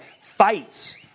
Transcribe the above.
fights